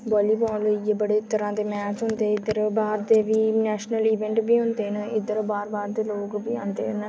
volleyball होई गे बड़े तरहां दे मैच होंदे इद्धर बाह्र दे बी नेशनल इवेंट बी होंदे इद्धर बाह्र बाह्र दे लोक बी औंदे न